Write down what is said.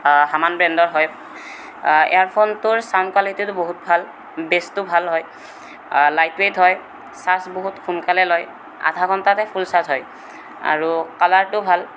হামান ব্ৰেণ্ডৰ হয় এয়াৰফোনটোৰ চাউণ্ড কোৱালিটীটো বহুত ভাল বেচটো ভাল হয় লাইটৱেইট হয় চাৰ্জ বহুত সোনকালে লয় আধা ঘণ্টাতে ফুল চাৰ্জ হয় আৰু কালাৰটো ভাল